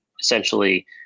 Essentially